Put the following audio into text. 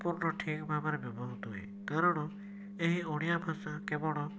ସମ୍ପୂର୍ଣ ଠିକ୍ ଭାବରେ ବ୍ୟବହୃତ ହୁଏ କାରଣ ଏହି ଓଡ଼ିଆ ଭାଷା କେବଳ